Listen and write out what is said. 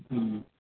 ᱦᱩᱸ